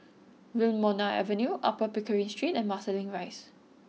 Wilmonar Avenue Upper Pickering Street and Marsiling Rise